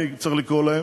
אני צריך לקרוא להם,